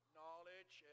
knowledge